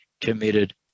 committed